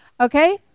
Okay